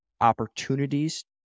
opportunities